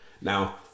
now